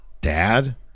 Dad